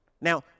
Now